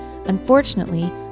Unfortunately